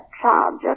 charger